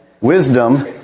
wisdom